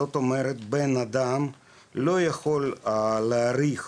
זאת אומרת, בן אדם לא יכול להעריך